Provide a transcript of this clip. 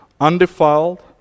undefiled